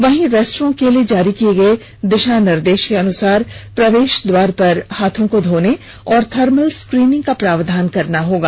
वहीं रेस्टोरेंट के लिए जारी किए गए दिशा निर्देश के अनुसार प्रवेश द्वार पर हाथों को धोने और थर्मल स्क्रीनिंग का प्रावधान करना होगा